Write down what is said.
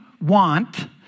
want